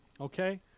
okay